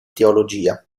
teologia